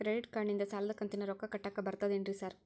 Credit ಕಾರ್ಡನಿಂದ ಸಾಲದ ಕಂತಿನ ರೊಕ್ಕಾ ಕಟ್ಟಾಕ್ ಬರ್ತಾದೇನ್ರಿ ಸಾರ್?